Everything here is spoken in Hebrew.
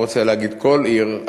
לא רוצה להגיד כל עיר,